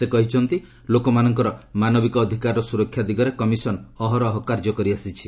ସେ କହିଛନ୍ତି ଲୋକମାନଙ୍କର ମାନବିକ ଅଧିକାରର ସୁରକ୍ଷା ଦିଗରେ କମିଶନ ଅହରହ କାର୍ଯ୍ୟ କରିଆସିଛି